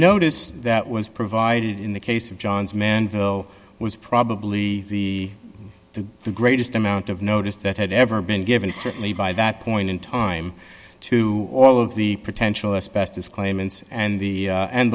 notice that was provided in the case of john's men vill was probably the greatest amount of notice that had ever been given certainly by that point in time to all of the potential asbestos claimants and the and